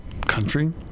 country